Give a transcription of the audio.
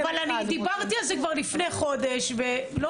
אבל דיברתי על זה כבר לפני חודש ולא